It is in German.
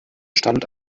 stand